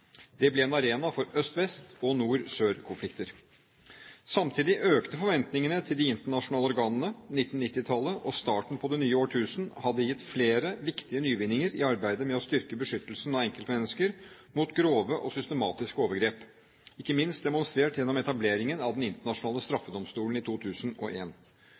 Det ble en arena for øst–vest og nord–sør-konflikter. Samtidig økte forventningene til de internasjonale organene. 1990-tallet og starten på det nye årtusenet hadde gitt flere viktige nyvinninger i arbeidet for å styrke beskyttelsen av enkeltmennesker mot grove og systematiske overgrep, ikke minst demonstrert gjennom etableringen av Den internasjonale straffedomstolen i